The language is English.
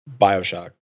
Bioshock